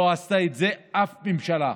לא עשתה את זה אף ממשלה,